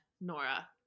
Nora